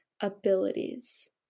abilities